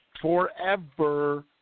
forever